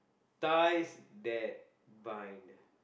ties that bind